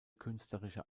künstlerische